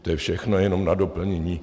To je všechno jenom na doplnění.